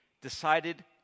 decided